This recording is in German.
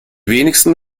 wenigsten